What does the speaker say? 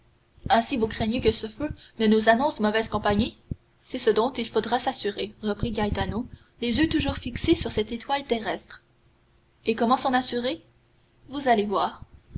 ainsi vous craignez que ce feu ne nous annonce mauvaise compagnie c'est ce dont il faudra s'assurer reprit gaetano les yeux toujours fixés sur cette étoile terrestre et comment s'en assurer vous allez voir